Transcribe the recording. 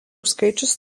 skaičius